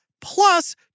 plus